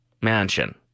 mansion